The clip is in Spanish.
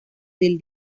del